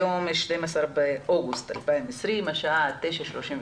היום 12 באוגוסט 2020, השעה 09:32,